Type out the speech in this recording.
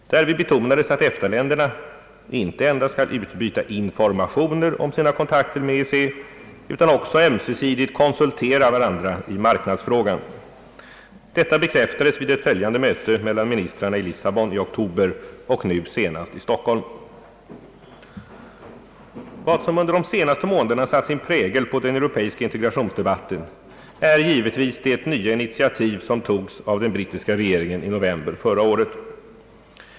Därvid betonades att EFTA-länderna inte endast skall utbyta informationer om sina kontakter med EEC utan ömsesidigt konsultera varandra i marknadsfrågan. Detta bekräftades vid ett följande möte mellan ministrarna i Lissabon i oktober och nu senast i Stockholm. Vad som under de senaste månaderna satt sin prägel på den europeiska integrationsdebatten är givetvis det nya initiativ som togs av den brittiska regeringen i november förra året.